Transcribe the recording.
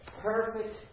perfect